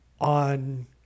on